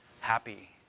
happy